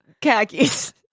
khakis